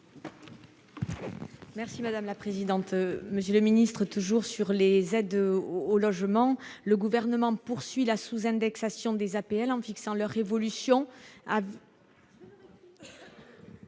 Merci madame la présidente, monsieur le ministre, toujours sur les aides au logement, le gouvernement poursuit la sous-indexation des APL, en fixant leur révolution